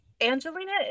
Angelina